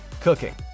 Cooking